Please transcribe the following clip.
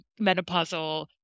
menopausal